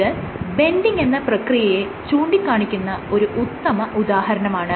ഇത് ബെൻഡിങ് എന്ന പ്രിക്രിയയെ ചൂണ്ടിക്കാണിക്കുന്ന ഒരു ഉത്തമ ഉദാഹരണമാണ്